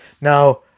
Now